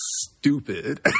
stupid